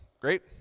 Great